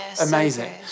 Amazing